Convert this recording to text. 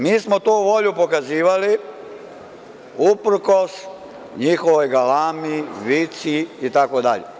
Mi smo tu volju pokazivali uprkos njihovoj galami, vici itd.